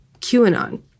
QAnon